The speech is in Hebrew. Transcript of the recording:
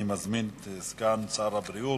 אני מזמין את סגן שר הבריאות,